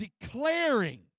declaring